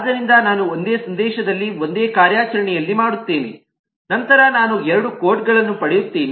ಆದ್ದರಿಂದ ನಾನು ಒಂದೇ ಸಂದೇಶದಲ್ಲಿ ಒಂದೇ ಕಾರ್ಯಾಚರಣೆಯಲ್ಲಿ ಮಾಡುತ್ತೇನೆ ನಂತರ ನಾನು ಎರಡು ಕೋಡ್ ಗಳನ್ನು ಪಡೆಯುತ್ತಿದ್ದೇನೆ